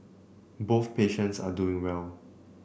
both patients are doing well